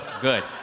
good